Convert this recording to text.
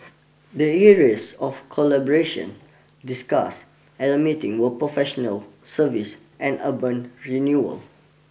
the areas of collaboration discussed at the meeting were professional services and urban renewal